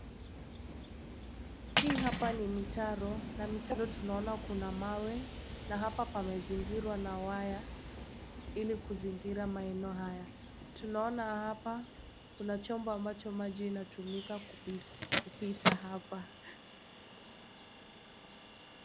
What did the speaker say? Hii hapa ni mitaro na mitaro tunaona kuna mawe na hapa pamezingirwa na waya ili kuzingira maeneo haya. Tunaona hapa kuna chombo ambacho maji inatumika kupita hapa.